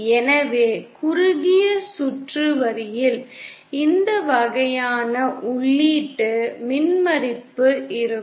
எனவே குறுகிய சுற்று வரியில் இந்த வகையான உள்ளீட்டு மின்மறுப்பு இருக்கும்